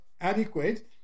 adequate